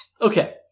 Okay